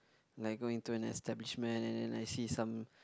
like going into an establishment and then I see some